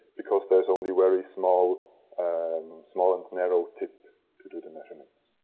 because there's only very small small and narrow tip to do the measurements.